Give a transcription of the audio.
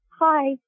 hi